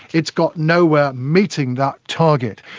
it's got nowhere meeting that target.